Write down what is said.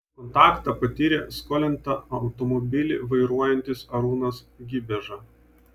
kontaktą patyrė skolinta automobilį vairuojantis arūnas gibieža